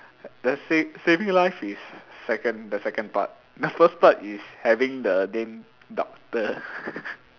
the save saving life is second the second part the first part is having the name doctor